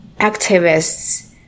activists